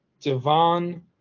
Devon